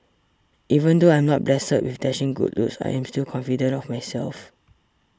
even though I'm not blessed with dashing good looks I am still confident of myself